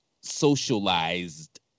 socialized